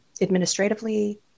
administratively